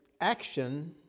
action